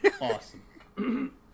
Awesome